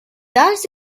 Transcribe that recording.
that